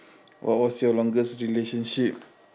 what was your longest relationship